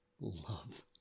Love